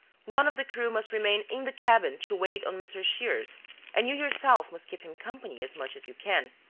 one of the crew must remain in the cabin to wait on mr. shears and you yourself must keep him company as much as you can.